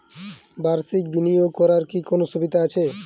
বাষির্ক বিনিয়োগ করার কি কোনো সুবিধা আছে?